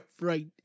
right